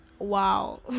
wow